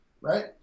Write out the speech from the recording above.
right